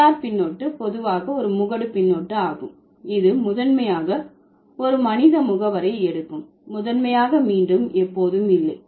er பின்னொட்டு பொதுவாக ஒரு முகடு பின்னொட்டு ஆகும் இது முதன்மையாக ஒரு மனித முகவரை எடுக்கும் முதன்மையாக மீண்டும் எப்போதும் இல்லை